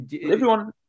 Everyone-